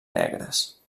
negres